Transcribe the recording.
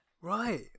Right